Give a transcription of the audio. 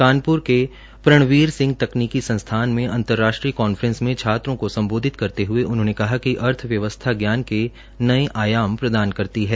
कानपुर के प्रणवीर सिंह तकनीकी संस्थान में अंतर्राष्ट्रीय कॉफ्रेंस में छात्रों को संबोधित करते हुए उन्होंने कहा कि अर्थव्यवस्था ज्ञान के नये आयाम प्रदान करती है